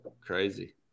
crazy